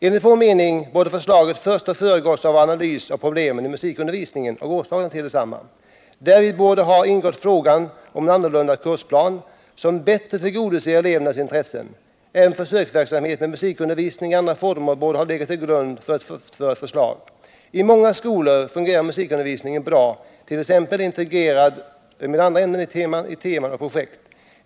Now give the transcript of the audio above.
Enligt vår mening borde förslaget först ha föregåtts av en analys av problemen i musikundervisningen och orsaken till desamma. Däri borde ha ingått frågan om en annorlunda kursplan, som bättre tillgodoser elevernas intressen. En försöksverksamhet med musikundervisning i andra former borde ha legat till grund för ett förslag. I många skolor fungerar musikundervisningen bra, t.ex. integrerad med andra ämnen i temaprojekt.